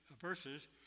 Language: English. verses